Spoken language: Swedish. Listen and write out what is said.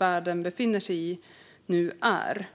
världen nu befinner sig i en extremt allvarlig situation.